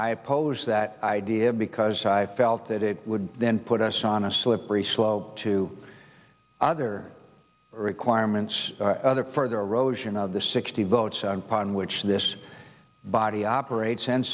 oppose that idea because i felt that it would then put us on a slippery slope to other requirements other further erosion of the sixty votes on which this body operates and